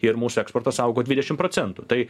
ir mūsų eksportas augo dvidešim procentų tai